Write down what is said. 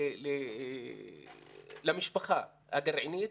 למשפחה הגרעינית,